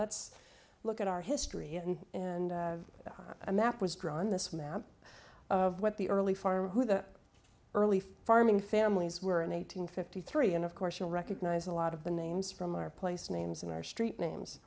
let's look at our history and a map was drawn this map of what the early farm who the early farming families were an eight hundred fifty three and of course you'll recognize a lot of the names from our place names in our street names